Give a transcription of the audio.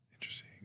interesting